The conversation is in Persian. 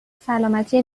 سلامتی